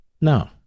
No